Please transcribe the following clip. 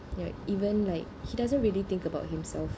ya even like he doesn't really think about himself